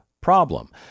problem